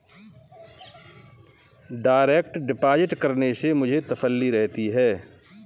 direct deposit करने से मुझे तसल्ली रहती है